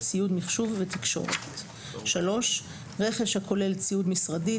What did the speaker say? ציוד מחשוב ותקשורת; (3)רכש הכולל ציוד משרדי,